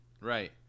right